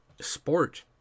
sport